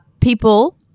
people